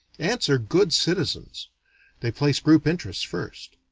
ants are good citizens they place group interests first.